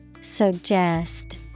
Suggest